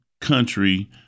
country